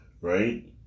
right